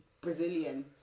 Brazilian